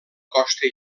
costa